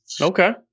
Okay